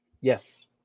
Yes